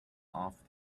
off